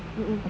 mmhmm